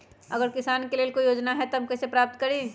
अगर किसान के लेल कोई योजना है त हम कईसे प्राप्त करी?